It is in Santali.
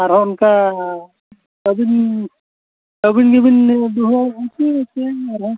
ᱟᱨᱦᱚᱸ ᱚᱱᱠᱟ ᱟᱹᱵᱤᱱ ᱟᱹᱵᱤᱱ ᱜᱮᱵᱤᱱ ᱫᱷᱩᱣᱟᱹᱮᱜᱼᱟ ᱥᱮ ᱟᱨᱦᱚᱸ